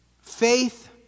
Faith